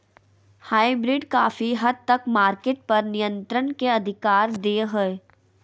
hybrid काफी हद तक मार्केट पर नियन्त्रण के अधिकार दे हय